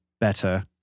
better